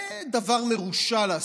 זה דבר מרושע לעשות.